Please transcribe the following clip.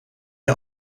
een